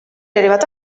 arrivato